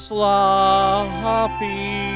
Sloppy